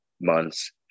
months